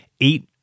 Eight